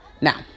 Now